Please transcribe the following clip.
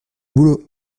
boulot